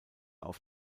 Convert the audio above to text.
auf